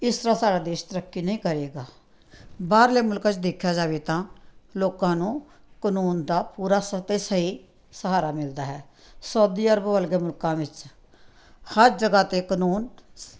ਇਸ ਤਰ੍ਹਾਂ ਸਾਡਾ ਦੇਸ਼ ਤਰੱਕੀ ਨਹੀਂ ਕਰੇਗਾ ਬਾਹਰਲੇ ਮੁਲਕਾਂ 'ਚ ਦੇਖਿਆ ਜਾਵੇ ਤਾਂ ਲੋਕਾਂ ਨੂੰ ਕਾਨੂੰਨ ਦਾ ਪੂਰਾ ਸ ਅਤੇ ਸਹੀ ਸਹਾਰਾ ਮਿਲਦਾ ਹੈ ਸਊਦੀ ਅਰਬ ਵਰਗੇ ਮੁਲਕਾਂ ਵਿਚ ਹਰ ਜਗ੍ਹਾ 'ਤੇ ਕਾਨੂੰਨ ਸ